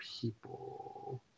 people